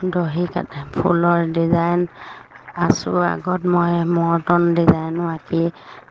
দহি কাট ফুলৰ ডিজাইন আঁচোৰ আগত মই মৰ্টন ডিজাইনো আঁকি